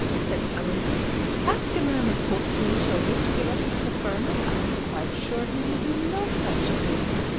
said eleanor ask a man with fourteen children to give up his preferment! i am quite sure he will do no such thing